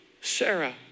Sarah